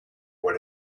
what